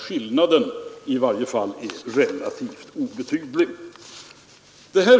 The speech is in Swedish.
Skillnaden är i varje fall relativt obetydlig.